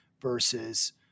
versus